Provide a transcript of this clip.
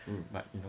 mm